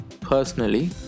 personally